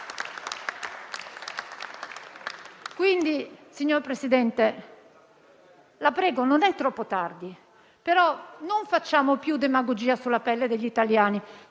Signor Presidente, la prego, non è troppo tardi, però non facciamo più demagogia sulla pelle degli italiani,